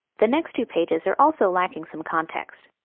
the next two pages are also lacking some context.